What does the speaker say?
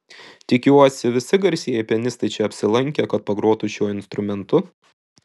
tikiuosi visi garsieji pianistai čia apsilankė kad pagrotų šiuo instrumentu